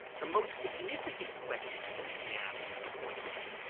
the most significant question which can be asked, accordingly,